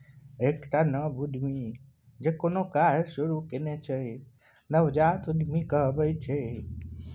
एकटा नव उद्यमी जे कोनो काज शुरूए केने अछि नवजात उद्यमी कहाबैत छथि